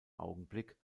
augenblick